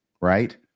right